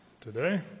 today